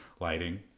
lighting